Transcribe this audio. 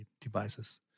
devices